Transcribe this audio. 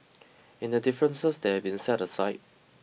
in the differences that have been set aside